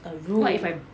what if I